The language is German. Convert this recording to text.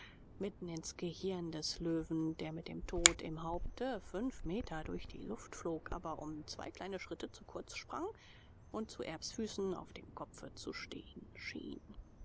mitten ins gehirn des löwen der mit dem tod im haupte fünf meter durch die luft flog aber um zwei kleine schritte zu kurz sprang und zu erbs füßen auf dem kopfe zu stehen schien